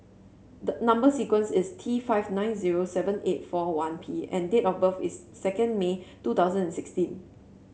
the number sequence is T five nine zero seven eight four one P and date of birth is second May two thousand and sixteen